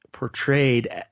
portrayed